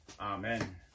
Amen